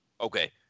Okay